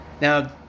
Now